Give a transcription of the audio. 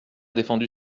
défendu